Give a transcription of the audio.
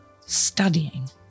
Studying